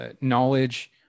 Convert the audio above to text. Knowledge